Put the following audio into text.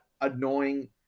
annoying